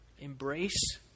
Embrace